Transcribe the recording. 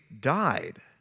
died